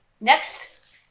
Next